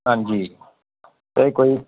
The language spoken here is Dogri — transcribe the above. हां जी ते कोई